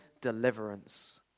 deliverance